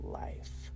life